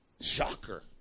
Shocker